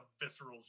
visceral